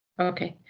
ok,